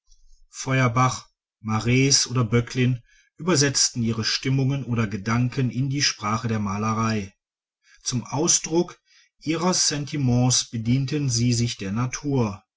mares oder böcklin übersetzten ihre stimmungen oder gedanken in die sprache der malerei zum ausdruck ihrer sentiments bedienten sie sich der natur